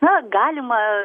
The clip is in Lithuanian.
na galima